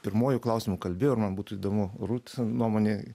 pirmuoju klausimu kalbėjau ir man būtų įdomu rūt nuomonė